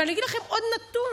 ואני אגיד לכם עוד נתון: